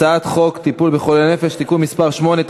הצעת חוק טיפול בחולי נפש (תיקון מס' 8),